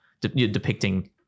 depicting